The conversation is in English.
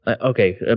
Okay